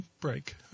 break